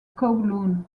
kowloon